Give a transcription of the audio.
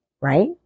right